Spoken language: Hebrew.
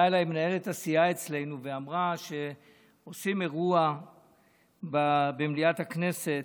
באה אליי מנהלת הסיעה אצלנו ואמרה שעושים אירוע במליאת הכנסת,